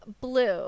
blue